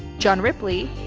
john ripley,